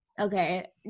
okay